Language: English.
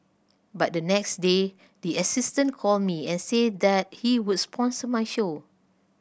but the next day the assistant called me and said that he would sponsor my show